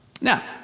Now